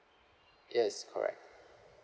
yes correct